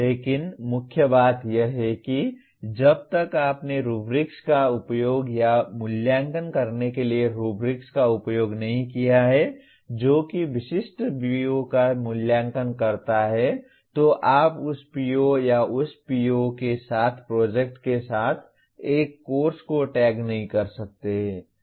लेकिन मुख्य बात यह है कि जब तक आपने रुब्रिक्स का उपयोग या मूल्यांकन करने के लिए रुब्रिक्स का उपयोग नहीं किया है जो कि विशिष्ट PO का मूल्यांकन करता है तो आप उस PO या उस PO के साथ प्रोजेक्ट के साथ एक कोर्स को टैग नहीं कर सकते हैं